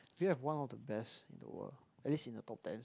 we have one of the best in the world at least in the top ten